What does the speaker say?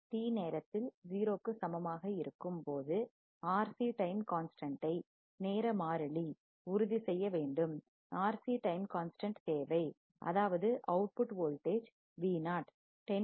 t நேரத்தில் 0 க்கு சமமாக இருக்கும் போது RC டைம் கான்ஸ்டன்டை நேர மாறிலி உறுதி செய்ய வேண்டும் RC டைம் கான்ஸ்டன்ட் தேவை அதாவது அவுட்புட் வோல்டேஜ் V0 10